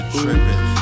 tripping